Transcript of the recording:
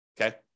Okay